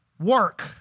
Work